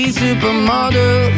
supermodel